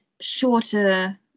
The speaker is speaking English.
shorter